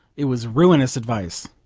it was ruinous advice.